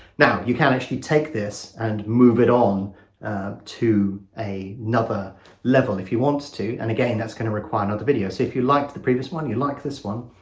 now you can actually take this and move it on to a nother level if you want to and again that's going to require on the video so if you liked the previous one you liked this one